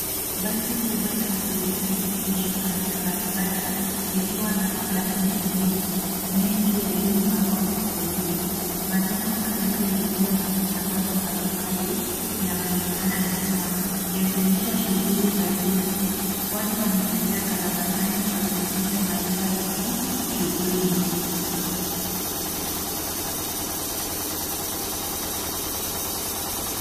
Basi kubwa la abiria limeegeshwa kando ya barabara likiwa na mabasi mengine. Mengi yaliyopangwa kwa foleni. Majengo marefu yaliyo na matangazo mbalimbali yanaonekana nyuma yakionyesha shughuli za jiji. Watu wanatembea barabarani wakionyesha maisha yenye shughuli nyingi.